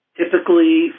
typically